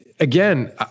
Again